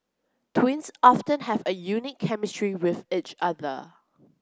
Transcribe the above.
twins often have a unique chemistry with each other